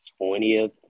20th